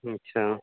اچھا